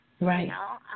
Right